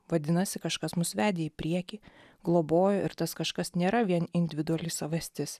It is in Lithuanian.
vadinasi kažkas mus vedė į priekį globojo ir tas kažkas nėra vien individuali savastis